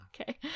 okay